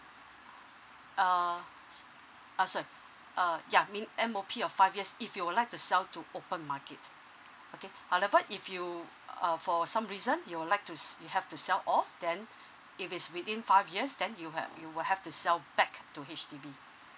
uh s~ uh sorry uh ya mean M_O_P of five years if you would like to sell to open market okay however if you uh for some reason you would like to s~ you have to sell off then if it's within five years then you ha~ you will have to sell back to H_D_B